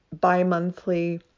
bi-monthly